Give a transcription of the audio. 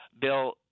Bill